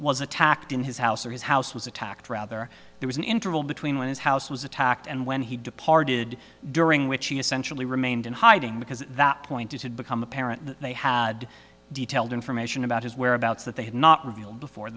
was attacked in his house or his house was attacked rather there was an interval between when his house was attacked and when he departed during which he essentially remained in hiding because that point it had become apparent that they had detailed information about his whereabouts that they hadn't not revealed before